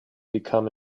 become